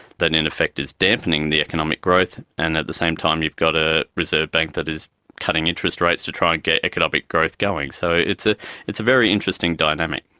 that in effect is dampening the economic growth, and at the same time you've got a reserve bank that is cutting interest rates to try and get economic growth going. so it's ah it's a very interesting dynamic.